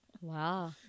Wow